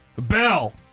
bell